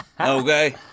okay